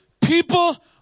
people